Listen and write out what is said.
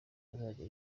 azajya